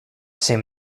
same